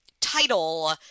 title